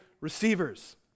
receivers